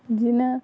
बिदिनो